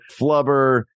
Flubber